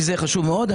כי זה חשוב מאוד.